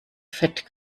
fett